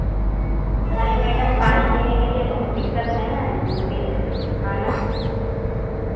अरे मैडम पानी पीने के लिए बहुत दिक्कत है ना जल्दी आना